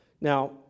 Now